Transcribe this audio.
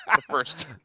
first